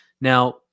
Now